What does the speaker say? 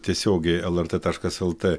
tiesiogiai lrt taškas lt